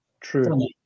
True